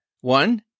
one